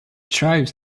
tribes